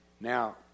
Now